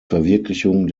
verwirklichung